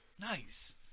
Nice